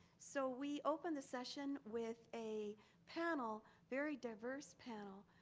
so we open the session with a panel, very diverse panel,